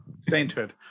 Sainthood